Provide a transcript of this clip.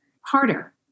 harder